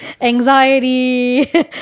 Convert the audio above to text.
anxiety